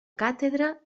càtedra